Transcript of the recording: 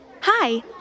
Hi